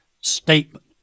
statement